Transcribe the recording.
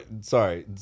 sorry